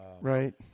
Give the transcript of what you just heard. right